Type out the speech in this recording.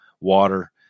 water